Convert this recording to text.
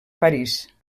parís